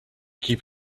keep